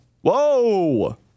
Whoa